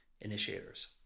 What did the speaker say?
initiators